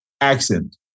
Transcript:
Accent